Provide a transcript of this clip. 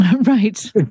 right